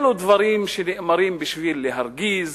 אלו דברים שנאמרים בשביל להרגיז